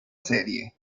serie